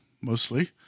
mostly